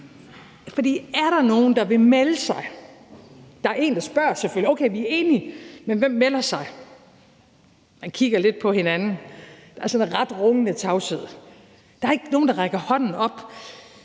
for er der nogen, der vil melde sig? Der er selvfølgelig en, der spørger: Okay, vi er enige, men hvem melder sig? Man kigger lidt på hinanden, og der er sådan en ret rungende tavshed. Der er ikke nogen, række hånden op.